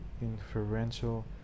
inferential